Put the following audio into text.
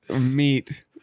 Meat